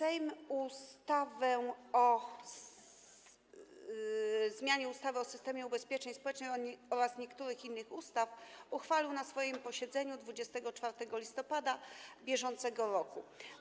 Sejm ustawę o zmianie ustawy o systemie ubezpieczeń społecznych oraz niektórych innych ustaw uchwalił na swoim posiedzeniu 24 listopada br.